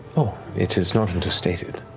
oh, it is not understated.